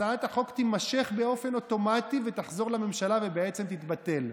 הצעת החוק תימשך באופן אוטומטי ותחזור לממשלה ובעצם תתבטל,